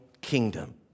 kingdom